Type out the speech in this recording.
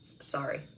sorry